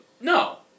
no